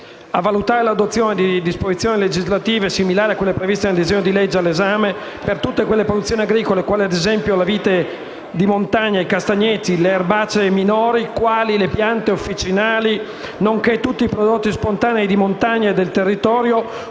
a valutare l'adozione di disposizioni legislative, similari a quelle previste nel disegno di legge all'esame, per tutte quelle produzioni agricole, quali ad esempio la vite di montagna, i castagneti, le erbacee minori, quali le piante officinali, nonché tutti i prodotti spontanei di montagna e del territorio,